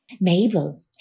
Mabel